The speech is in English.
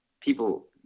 people